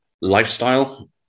lifestyle